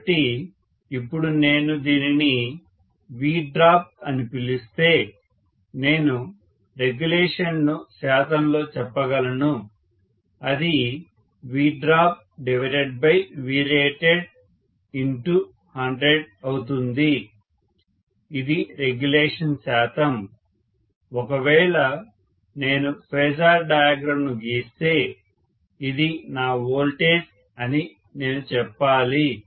కాబట్టి ఇప్పుడు నేను దీనిని Vdrop అని పిలుస్తే నేను రెగ్యులేషన్ ను శాతంలో చెప్పగలను అది VdropVrated100 అవుతుంది ఇది రెగ్యులేషన్ శాతం ఒకవేళ నేను ఫేజర్ డయాగ్రమ్ ను గీస్తే ఇది నా వోల్టేజ్ అని నేను చెప్పాలి